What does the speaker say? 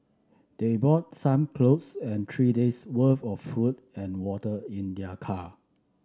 they brought some clothes and three days' worth of food and water in their car